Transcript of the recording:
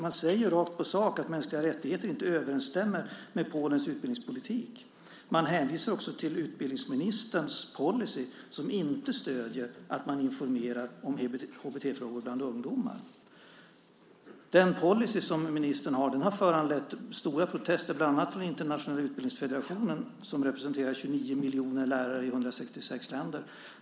Man säger rakt på sak att mänskliga rättigheter inte överensstämmer med Polens utbildningspolitik. Man hänvisar också till utbildningsministerns policy som inte stöder att man informerar om HBT-frågor bland ungdomar. Den policy som ministern har har föranlett stora protester bland annat från internationella utbildningsfederationen som representerar 29 miljoner lärare i 166 länder.